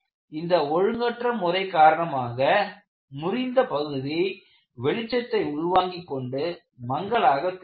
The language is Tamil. இந்த ஒழுங்கற்ற முறை காரணமாக முறிந்த பகுதி வெளிச்சத்தை உள் வாங்கிக் கொண்டு மங்கலாக தெரிகிறது